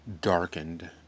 darkened